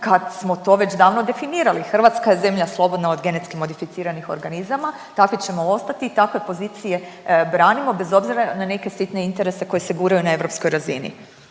kad smo to već davno definirali. Hrvatska je zemlja slobodna od genetski modificirani organizama, tako ćemo ostati i takve pozicije branimo bez obzira na neke sitne interese koji se guraju na europskoj razini.